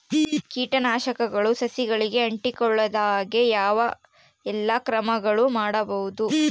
ಕೇಟನಾಶಕಗಳು ಸಸಿಗಳಿಗೆ ಅಂಟಿಕೊಳ್ಳದ ಹಾಗೆ ಯಾವ ಎಲ್ಲಾ ಕ್ರಮಗಳು ಮಾಡಬಹುದು?